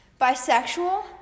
Bisexual